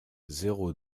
zéro